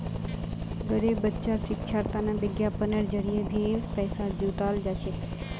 गरीब बच्चार शिक्षार तने विज्ञापनेर जरिये भी पैसा जुटाल जा छेक